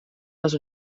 les